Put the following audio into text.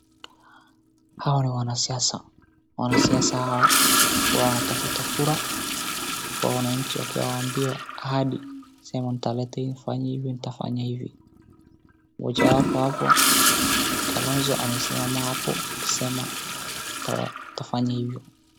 Hao ni wanasiasa, wanasiasa hao wanatafuta kura kwa wanachi wakiwaambia ahadi, wakisema nitaleta hii, nifanye hivi, nitafanya hivi, moja wao hapo ni Kalonzo amesimama hapo akisema nitafanya hivyo.